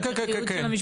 כן, כן, כן.